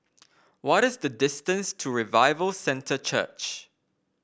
what is the distance to Revival Centre Church